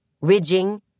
ridging